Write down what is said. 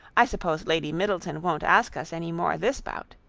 i suppose lady middleton won't ask us any more this bout.